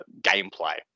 gameplay